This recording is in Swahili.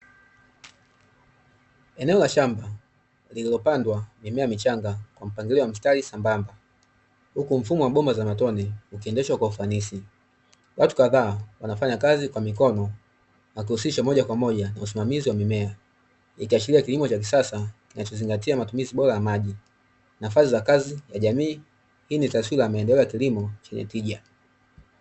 Eneo la shamba lililopandwa mimea michanga kwa mpangilio wa mstari sambamba huku, mfumo wa bomba za matone ukiendeshwa kwa ufanisi. Watu kadhaa wanafanya kazi kwa mikono wakihusisha moja kwa moja na usimamizi wa mimea. Ikiashiria kilimo cha kisasa kinacho zingatia matumizi bora ya maji, nafasi za kazi ya jamii hii ni taswira ya maendeleo ya kilimo chenye tija.